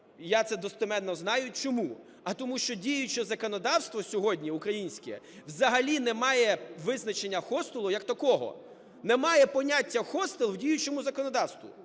я це достеменно знаю. Чому? А тому що діюче законодавство сьогодні, українське, взагалі не має визначення хостелу як такого, немає поняття хостелу в діючому законодавстві.